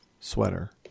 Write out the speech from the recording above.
sweater